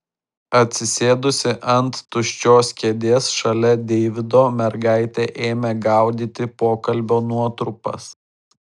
atsisėdusi ant tuščios kėdės šalia deivido mergaitė ėmė gaudyti pokalbio nuotrupas